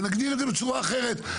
ונגדיר את זה בצורה אחרת.